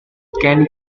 cane